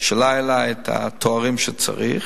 שאין לה התארים שצריך.